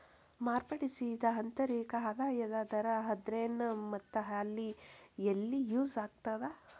ಮಾರ್ಪಡಿಸಿದ ಆಂತರಿಕ ಆದಾಯದ ದರ ಅಂದ್ರೆನ್ ಮತ್ತ ಎಲ್ಲಿ ಯೂಸ್ ಆಗತ್ತಾ